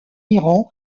iran